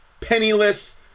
Penniless